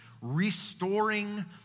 restoring